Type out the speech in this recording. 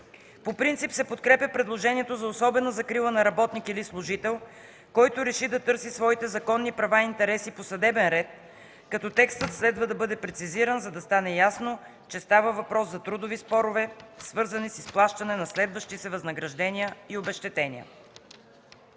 По принцип се подкрепя предложението за особена закрила на работник или служител, който реши да търси своите законни права и интереси по съдебен ред, като текстът следва да бъде прецизиран, за да стане ясно, че става въпрос за трудови спорове, свързани с изплащане на следващи се възнаграждения и обезщетения.